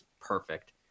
perfect